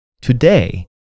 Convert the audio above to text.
today